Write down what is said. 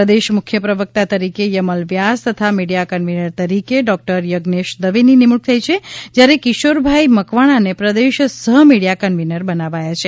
પ્રદેશ મુખ્ય પ્રવકતા તરીકે યમલ વ્યાસ તથા મીડિથા કન્વીનર તરીકે ડોક્ટર યગનેશ દવેની નિમણૂક થઈ છે જ્યારે કિશોરભાઇ મકવાણાને પ્રદેશ સહ મીડિયા કન્વીનર બનાવાયા છે